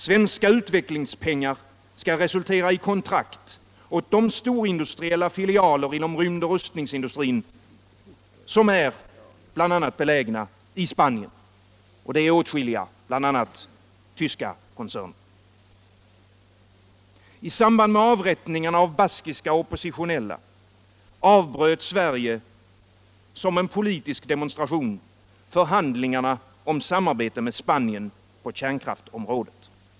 Svenska utvecklingspengar skall resultera i kontrakt åt de storindustriella filialer inom 169 rymdoch rustningsindustrin som är belägna bl.a. i Spanien — och det är åtskilliga, bl.a. många tyska koncerner. I samband med avrättningarna av baskiska oppositionella avbröt Sverige som en politisk demonstration förhandlingarna om samarbete med Spanien på kärnkraftsområdet.